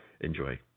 Enjoy